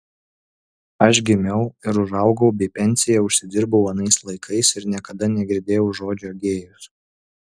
aš gimiau ir užaugau bei pensiją užsidirbau anais laikais ir niekada negirdėjau žodžio gėjus